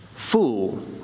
Fool